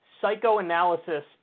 psychoanalysis